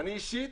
אני אישית